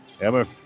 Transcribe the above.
Emma